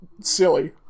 silly